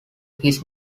his